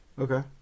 Okay